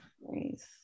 nice